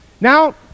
Now